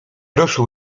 ruszył